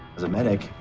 as a medic,